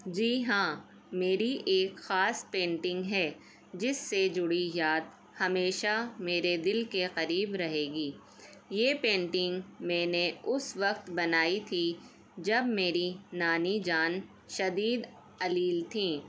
جی ہاں میری ایک خاص پینٹنگ ہے جس سے جڑی یات ہمیشہ میرے دل کے قریب رہے گی یہ پینٹنگ میں نے اس وقت بنائی تھی جب میری نانی جان شدید علیل تھیں